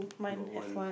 got one